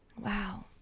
Wow